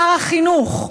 שר החינוך,